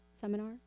seminar